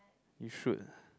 you should